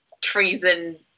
treason